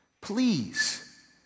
Please